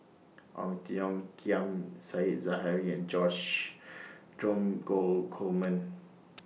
Ong Tiong Khiam Said Zahari and George Dromgold Coleman